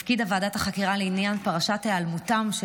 הפקידה ועדת החקירה לעניין פרשת היעלמותם של